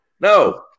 no